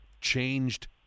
changed